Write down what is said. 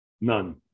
None